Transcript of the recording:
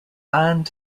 band